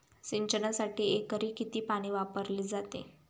सिंचनासाठी एकरी किती पाणी वापरले जाते?